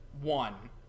One